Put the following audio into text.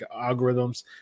algorithms